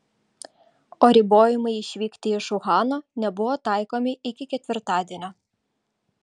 o ribojimai išvykti iš uhano nebuvo taikomi iki ketvirtadienio